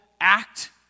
act